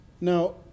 Now